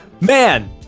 Man